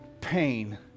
pain